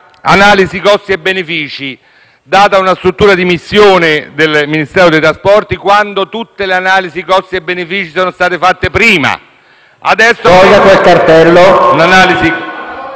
analisi costi-benefici, data a una struttura di missione del Ministero dei trasporti, quando tutte le analisi costi-benefici sono state fatte prima. *(Il